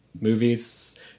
movies